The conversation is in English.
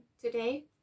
today